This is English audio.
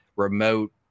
remote